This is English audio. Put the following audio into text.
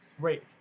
great